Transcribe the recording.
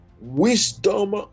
wisdom